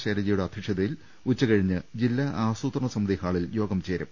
ശൈലജയുടെ അധ്യക്ഷ തയിൽ ഉച്ചകഴിഞ്ഞ് ജില്ലാ ആസൂത്രണ സ്മിതി ഹാളിൽ യോഗം ചേരും